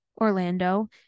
orlando